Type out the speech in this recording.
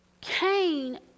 Cain